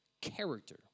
character